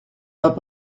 pas